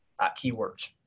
keywords